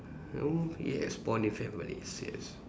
mm yes bond with families yes